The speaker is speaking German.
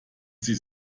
sie